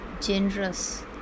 generous